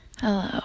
Hello